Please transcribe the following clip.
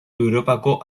europako